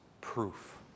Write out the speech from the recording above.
proof